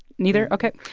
neither? ok.